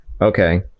okay